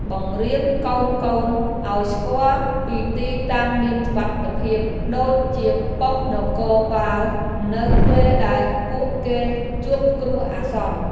បង្រៀនកូនៗឱ្យស្គាល់ពីទីតាំងមានសុវត្ថិភាពដូចជាប៉ុស្តិ៍នគរបាលនៅពេលដែលពួកគេជួបគ្រោះអាសន្ន។